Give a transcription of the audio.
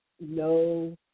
no